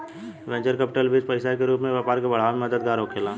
venture capital बीज पईसा के रूप में व्यापार के बढ़ावे में मददगार होखेला